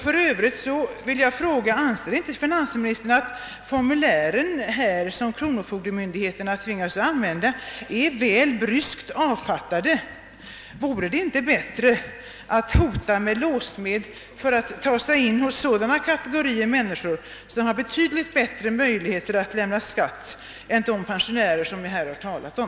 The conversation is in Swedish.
För övrigt vill jag fråga: Anser inte finansministern att det formulär som kronofogdemyndigheterna tvingas använda är väl bryskt avfattat? Vore det inte bättre att hota med låssmed för att ta sig in hos sådana kategorier människor som har betydligt större möjligheter att betala skatt än de pensionärer som vi här talar om?